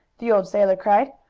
the old sailor cried,